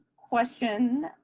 question,